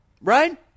Right